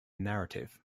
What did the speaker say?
narrative